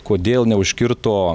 kodėl neužkirto